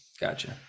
Gotcha